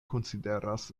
konsideras